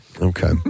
Okay